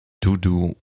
to-do